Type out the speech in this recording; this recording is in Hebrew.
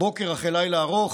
בוקר אחרי לילה ארוך.